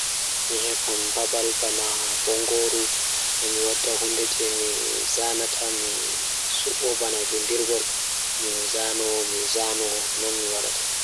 Mi heɓan babal bana bangooru Nder njiddaade haɓɓude laama, njiɗi ndaaraynde ɓe woni njangol leydi ndee ɗum waawataa horto nder goɗɗe. Mbaydi fiyaangu ngal jaatante nder teeltaaɓe, mbaawtoowo fowru ɗee ngal soowdi hara keewgol. So tawii ɓe njanndu pottal nder ndiyam nder ndinɗal ngal goɗɗo ko feewi fiyaangu.